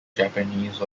japanese